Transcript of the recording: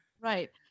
Right